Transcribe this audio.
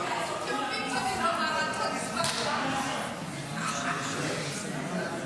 ההצעה להעביר את הצעת חוק פיצויי פיטורים (תיקון מס' 34,